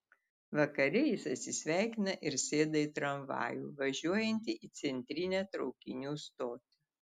vakare jis atsisveikina ir sėda į tramvajų važiuojantį į centrinę traukinių stotį